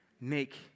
make